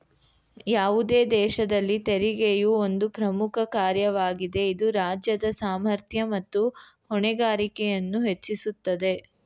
ಯಾವುದೇ ದೇಶದಲ್ಲಿ ತೆರಿಗೆಯು ಒಂದು ಪ್ರಮುಖ ಕಾರ್ಯವಾಗಿದೆ ಇದು ರಾಜ್ಯದ ಸಾಮರ್ಥ್ಯ ಮತ್ತು ಹೊಣೆಗಾರಿಕೆಯನ್ನು ಹೆಚ್ಚಿಸುತ್ತದೆ